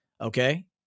okay